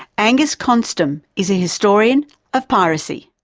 angus konstom is a historian of piracy.